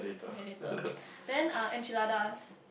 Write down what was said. okay later then uh enchiladas